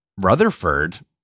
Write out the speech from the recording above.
Rutherford